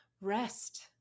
rest